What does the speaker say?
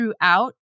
throughout